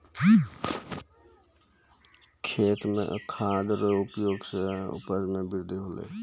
खेत मे खाद रो प्रयोग से उपज मे बृद्धि होलै